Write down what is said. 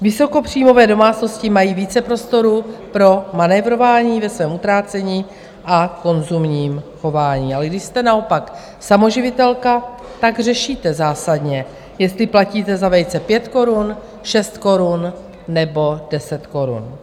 Vysokopříjmové domácnosti mají více prostoru pro manévrování ve svém utrácení a konzumním chování, ale když jste naopak samoživitelka, řešíte zásadně, jestli platíte za vejce 5 korun, 6 korun nebo 10 korun.